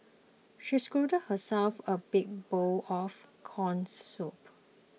she scooped herself a big bowl of Corn Soup